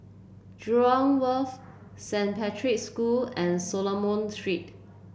Jurong Wharf Saint Patrick's School and Solomon Street